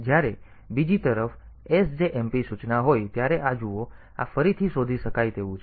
પરંતુ જ્યારે બીજી તરફ sjmp સૂચના હોય ત્યારે આ જુઓ તેથી આ ફરીથી શોધી શકાય તેવું છે